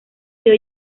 sido